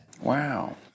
Wow